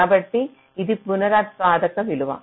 కాబట్టి ఇది పునరుత్పాదక విలువ